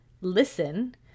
listen